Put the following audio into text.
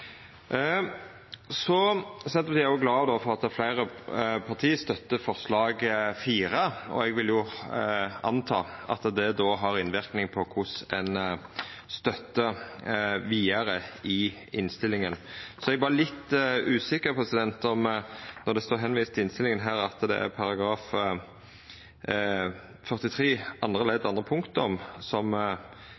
Senterpartiet er òg glad for at fleire parti støttar forslag nr. 4, og eg vil anta at det då har innverknad på kva ein støttar vidare i innstillinga. Så er eg berre litt usikker når det i innstillinga er vist til at det er § 43 andre